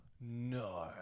No